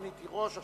רונית תירוש.